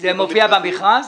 זה מופיע במכרזים?